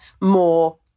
more